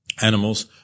animals